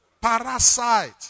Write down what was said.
parasite